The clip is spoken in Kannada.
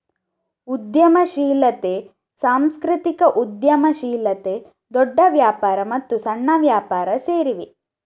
ಉದ್ಯಮಶೀಲತೆ, ಸಾಂಸ್ಕೃತಿಕ ಉದ್ಯಮಶೀಲತೆ, ದೊಡ್ಡ ವ್ಯಾಪಾರ ಮತ್ತು ಸಣ್ಣ ವ್ಯಾಪಾರ ಸೇರಿವೆ